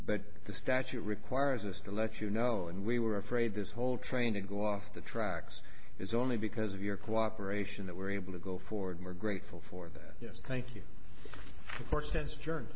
but the statute requires us to let you know and we were afraid this whole train to go off the tracks is only because of your cooperation that we're able to go forward more grateful for that yes thank you for stands